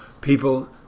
People